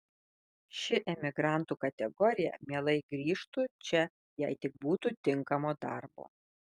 ši emigrantų kategorija mielai grįžtu čia jei tik būtų tinkamo darbo